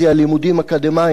לימודים אקדמיים,